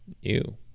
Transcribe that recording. ew